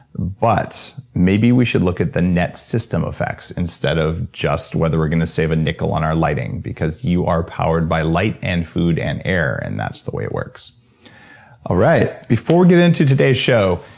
but maybe we should look at the net system effects instead of just whether we're gonna save a nickel on our lighting because you are powered by light and food and air, and that's the way it works alright. before we get into today's show,